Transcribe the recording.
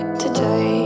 today